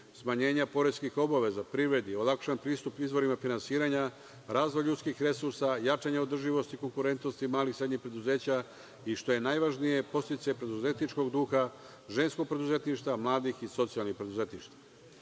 smanjenja poreskih obaveza privredi, olakšan pristup izvorima finansiranja, razvoj ljudskih resursa, jačanje održivosti konkurentnosti malih i srednjih preduzeća i što je najvažnije, podsticaj preduzetničkog duha, ženskog preduzetništva, mladih i socijalnog